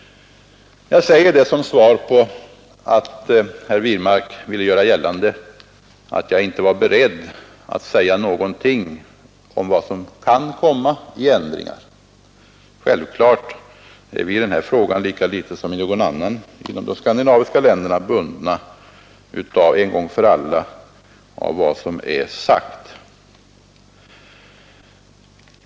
Jag säger detta som svar på att herr Wirmark ville göra gällande att jag inte var beredd att ange något om vilka ändringar som kan komma i fråga. Självklart är vi i denna fråga lika litet som i någon annan i de skandinaviska länderna bundna en gång för alla av vad som är fastställt.